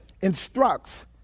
instructs